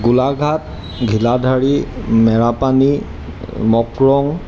Golaghat Ghiladhari Merapani Mokorong